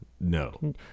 no